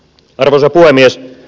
arvoisa puhemies